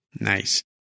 Nice